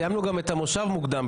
סיימנו גם את המושב מוקדם.